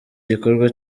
gikorwa